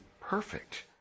perfect